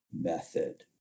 method